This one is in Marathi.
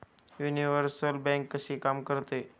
युनिव्हर्सल बँक कशी काम करते?